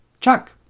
Chuck